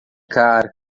cara